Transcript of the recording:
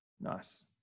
nice